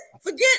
Forget